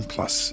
Plus